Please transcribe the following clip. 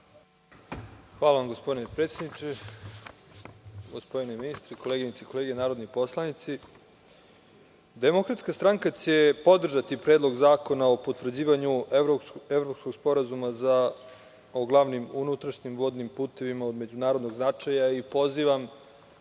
Hvala vam, gospodine predsedniče. Gospodine ministre, koleginice i kolege narodni poslanici, Demokratska stranka će podržati Predlog zakona o potvrđivanju Evropskog sporazuma o glavnim unutrašnjim vodnim putevima od međunarodnog značaja i pozivam